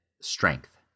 strength